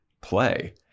play